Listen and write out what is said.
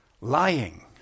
Lying